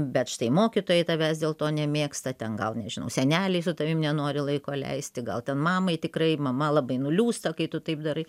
bet štai mokytojai tavęs dėl to nemėgsta ten gal nežinau seneliai su tavim nenori laiko leisti gal ten mamai tikrai mama labai nuliūsta kai tu taip darai